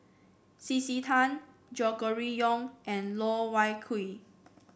C C Tan Gregory Yong and Loh Wai Kiew